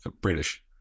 British